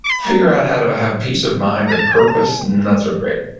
figure out how to have peace of mind or purpose, not so great.